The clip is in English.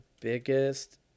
biggest